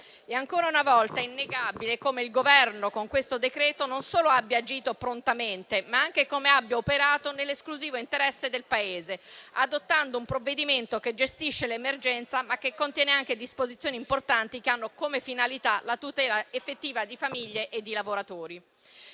e decisione. È innegabile come il Governo, con questo decreto-legge, non solo abbia nuovamente agito con prontezza, ma abbia altresì operato nell'esclusivo interesse del Paese, adottando un provvedimento che gestisce l'emergenza, ma che contiene anche disposizioni importanti che hanno come finalità la tutela effettiva di famiglie e lavoratori.